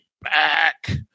back